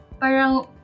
parang